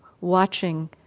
watching